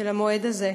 של המועד הזה.